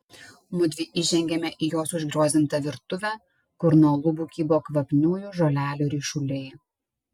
mudvi įžengiame į jos užgriozdintą virtuvę kur nuo lubų kybo kvapniųjų žolelių ryšuliai